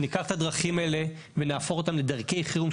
אם ניקח את הדרכים האלה ונהפוך אותם לדרכי חירום,